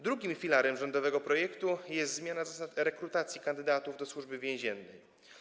Drugim filarem rządowego projektu jest zmiana zasad rekrutacji kandydatów do Służby Więziennej.